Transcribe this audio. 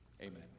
amen